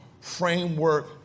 framework